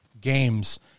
games